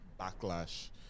backlash